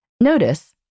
Notice